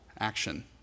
action